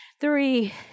three